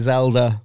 Zelda